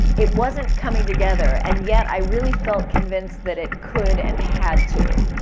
it wasn't coming together. and yet, i really felt convinced that it could and had to.